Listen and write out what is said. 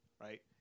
right